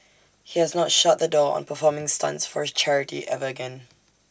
he has not shut the door on performing stunts for charity ever again